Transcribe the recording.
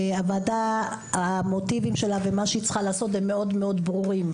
הוועדה והמוטיבים שלה ומה שהיא צריכה לעשות הם מאוד מאוד ברורים.